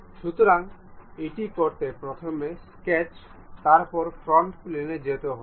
সুতরাং এটি করতে প্রথমে স্কেচতারপর ফ্রন্ট প্লেনে যেতে হবে